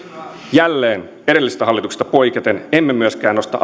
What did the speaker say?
jälleen edellisestä hallituksesta poiketen emme myöskään nosta